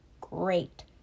great